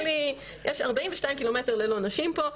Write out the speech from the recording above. יש 42 קילומטרים ללא נשים פה.